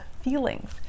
feelings